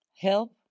help